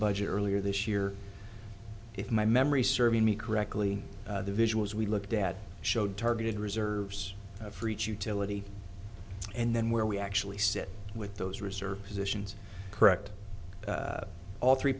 budget earlier this year if my memory serves me correctly the visuals we looked at showed targeted reserves for each utility and then where we actually sit with those reserve positions correct all three